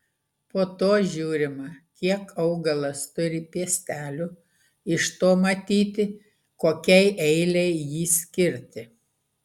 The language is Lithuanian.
po to žiūrima kiek augalas turi piestelių iš to matyti kokiai eilei jį skirti